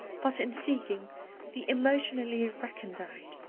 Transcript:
but in seeking the emotionally recondite.